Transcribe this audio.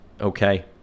okay